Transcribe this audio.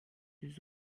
yüz